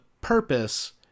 purpose